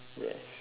yes